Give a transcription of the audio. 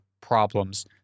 problems